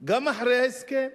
גם אחרי ההסכם,